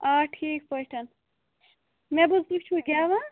آ ٹھیٖک پٲٹھۍ مےٚ بوٗز تُہۍ چھُو گٮ۪وان